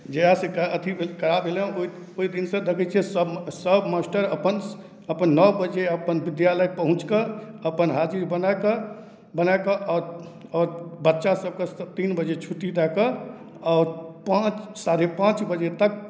जहियासँ ई अथी कड़ा भेलै हँ ओइ दिनसँ देखै छियै सब सब मास्टर अपन अपन नओ बजे अपन विद्यालय पहुँचिकऽ अपन हाजिरी बनाकऽ बनाकऽ आओर आओर बच्चा सबके सब तीन बजे छुट्टी दए कऽ आओर पाँच साढ़े पाँच बजे तक